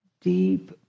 deep